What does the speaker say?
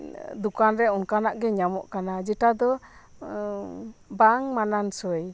ᱫᱳᱠᱟᱱ ᱨᱮ ᱚᱱᱠᱟᱱᱟᱜ ᱜᱮ ᱧᱟᱢᱚᱜ ᱠᱟᱱᱟ ᱡᱮᱴᱟ ᱫᱚ ᱵᱟᱝ ᱢᱟᱱᱟᱱ ᱥᱳᱭ